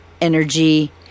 energy